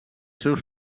seus